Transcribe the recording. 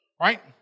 right